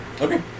Okay